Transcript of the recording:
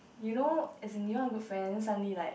you know as in you all good friend suddenly like